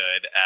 good